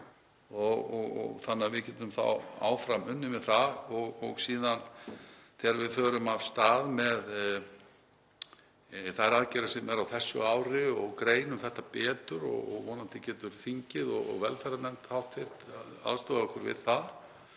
þannig að við getum þá áfram unnið með það. Þegar við förum síðan af stað með þær aðgerðir sem eru á þessu ári og greinum þetta betur, og vonandi getur þingið og hv. velferðarnefnd aðstoðað okkur við það,